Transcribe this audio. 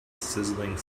sizzling